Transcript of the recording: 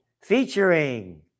featuring